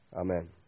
Amen